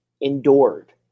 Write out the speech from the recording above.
endured